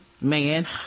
man